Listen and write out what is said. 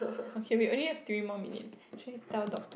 okay we only have three more minutes actually tell Dorcas